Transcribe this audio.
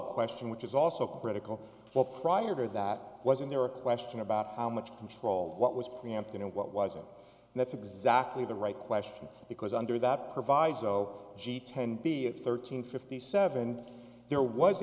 question which is also critical but prior to that wasn't there a question about how much control what was preempted and what wasn't and that's exactly the right question because under that proviso ten be it thirteen fifty seven there was